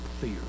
fear